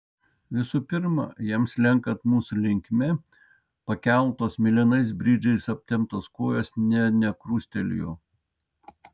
visų pirma jam slenkant mūsų linkme pakeltos mėlynais bridžais aptemptos kojos ne nekrustelėjo